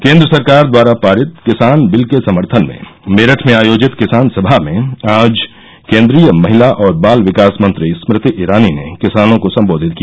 केंद्र सरकार द्वारा पारित किसान बिल के समर्थन में मेरठ में आयोजित किसान सभा में आज केंद्रीय महिला और बाल विकास मंत्री स्मृति ईरानी ने किसानों को संबोधित किया